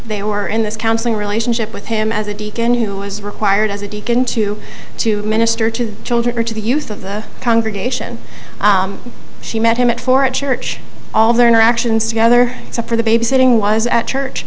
they were in this counseling relationship with him as a deacon who is required as a deacon to to minister to children or to the youth of the congregation she met him at four at church all their interactions together except for the babysitting was at church